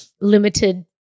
limited –